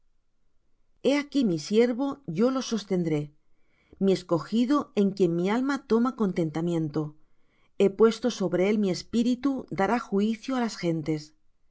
he aquí mi siervo yo lo sostendré mi escogido en quien mi alma toma contentamiento he puesto sobre él mi espíritu dará juicio á las gentes